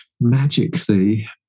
magically